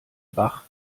bach